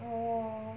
orh